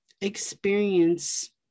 experience